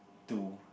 to